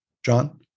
John